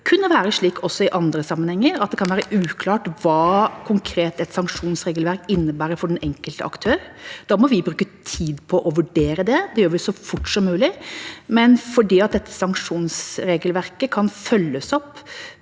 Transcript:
vil kunne være slik også i andre sammenhenger, at det kan være uklart hva konkret et sanksjonsregelverk innebærer for den enkelte aktør. Da må vi bruke tid på å vurdere det. Det gjør vi så fort som mulig. Men fordi dette sanksjonsregelverket kan følges opp